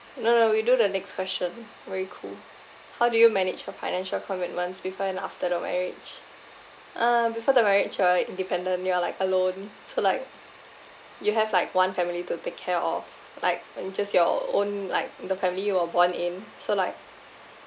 no no we do the next question very cool how do you manage your financial commitments before and after the marriage uh before the marriage you are independent you are like alone so like you have like one family to take care of like when just your own like the family you were born in so like